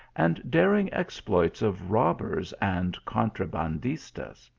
and daring exploits of robbers and contrabandistas.